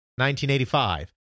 1985